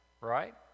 right